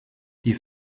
die